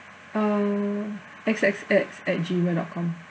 uh X X X at gmail dot com